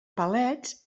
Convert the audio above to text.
palets